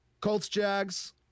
Colts-Jags